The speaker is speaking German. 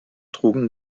trugen